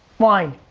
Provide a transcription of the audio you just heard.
wine.